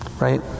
Right